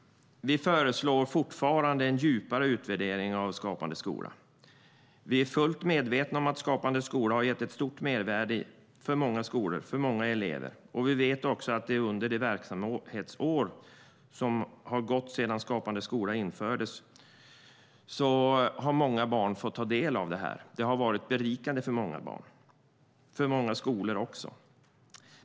Vi föreslår fortfarande en djupare utvärdering av Skapande skola. Vi är fullt medvetna om att Skapande skola har gett ett stort mervärde för många skolor och många elever. Vi vet också att under de verksamhetsår som har gått sedan Skapande skola infördes har många barn fått ta del av detta. Det har varit berikande för många barn och skolor.